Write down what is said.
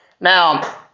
now